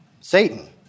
Satan